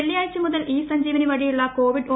വെള്ളിയാഴ്ച മുതൽ ഇ സഞ്ജീവനി വഴിയുള്ള കോവിഡ് ഒ